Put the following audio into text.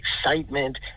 excitement